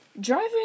Driving